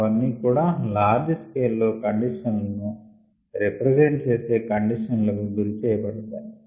అవన్నీకూడా large scale లో condition లను represent చేసే కండిషన్ లకు గురి చేయ బడతాయి